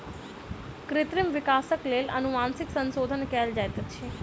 कृत्रिम विकासक लेल अनुवांशिक संशोधन कयल जाइत अछि